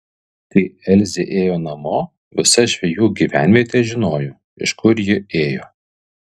kai elzė ėjo namo visa žvejų gyvenvietė žinojo iš kur ji ėjo